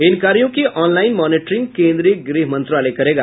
इन कार्यो की online monitoring केन्द्रीय गृह मंत्रालय करेगा